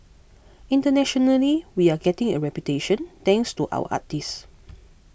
internationally we're getting a reputation thanks to our artists